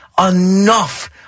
enough